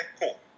cool